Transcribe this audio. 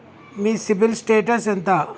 మీ CIBIL status ఎంత?